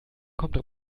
kommt